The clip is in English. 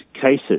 cases